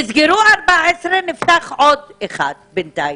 נסגרו 14, נפתח עוד אחד בינתיים,